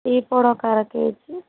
tea పొడి ఒక అర కేజీ